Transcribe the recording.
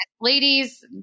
Ladies